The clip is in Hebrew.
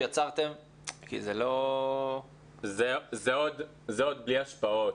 זה עוד בלי השפעות.